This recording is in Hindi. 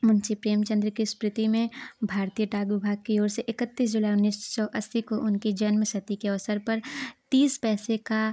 मुंशी प्रेमचन्द्र की स्मृति में भारतीय डाक विभाग की ओर से इकत्तीस जुलाई उन्नीस सौ अस्सी को उनकी जन्म सति के अवसर पर तीस पैसे का